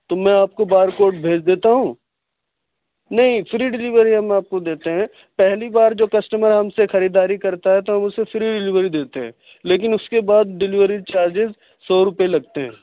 تو میں آپ کو بار کوڈ بھیج دیتا ہوں نہیں فری ڈلیوری ہم آپ کو دیتے ہیں پہلی بار جو کسٹمر ہم سے خریداری کرتا ہے تو ہم اسے فری ڈلیوری دیتے ہیں لیکن اس کے بعد ڈلیوری چارجز سو روپیے لگتے ہیں